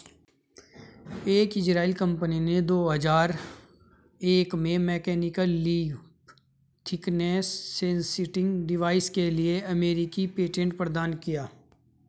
एक Israeli company ने दो हजार एक में mechanical leaf thickness sensing device के लिए अमेरिकी पेटेंट प्रदान किया